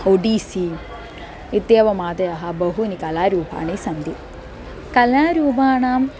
ओडीसि इत्येवम् आदयः बहूनि कलारूपाणि सन्ति कलारूपाणाम्